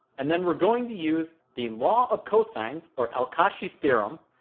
and then we are going to use the law of cosines, or al-kashi's theorem,